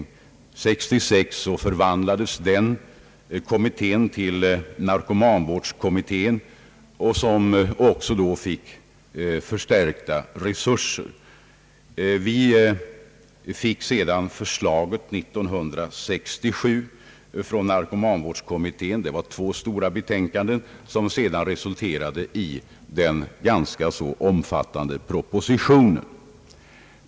År 1966 förvandlades expertgruppen till narkomanvårdskommittén, som då också fick förstärkta resurser. Vi erhöll 1967 förslaget från narkotikakommittén — det var två stora betänkanden som sedan resulterade i den ganska omfattande propositionen.